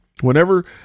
Whenever